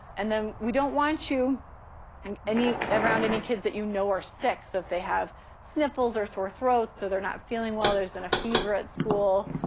and then we don't want you and around any kids that you know are sick. so if they have sniffles or sore throats, so they're not feeling well, there's been a fever at school,